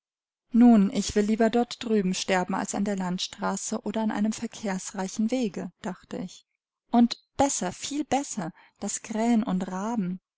nun ich will lieber dort drüben sterben als an der landstraße oder an einem verkehrsreichen wege dachte ich und besser viel besser daß krähen und raben